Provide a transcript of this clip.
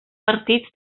partits